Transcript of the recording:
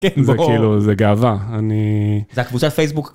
כן בוא.. זה כאילו זה גאווה, אני... זה הקבוצת פייסבוק.